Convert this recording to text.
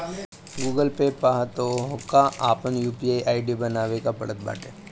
Google pay पअ तोहके आपन यू.पी.आई आई.डी बनावे के पड़त बाटे